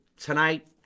tonight